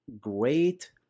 great